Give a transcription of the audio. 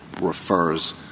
refers